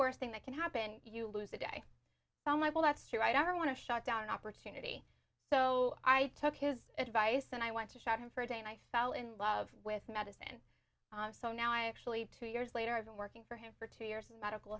worst thing that can happen you lose the day i'm like well that's true i don't want to shut down an opportunity so i took his advice and i went to shopping for a day and i fell in love with medicine so now i actually two years later i've been working for him for two years a medical